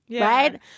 Right